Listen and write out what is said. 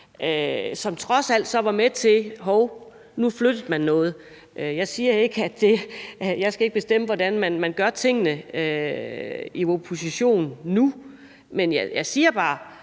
at gøre, at man nu pludselig flyttede noget. Jeg skal ikke bestemme, hvordan man gør tingene i oppositionen nu, men jeg siger bare,